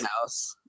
House